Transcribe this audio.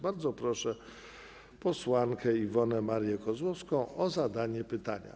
Bardzo proszę posłankę Iwonę Marię Kozłowską o zadanie pytania.